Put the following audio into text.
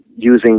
using